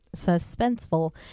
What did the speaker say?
suspenseful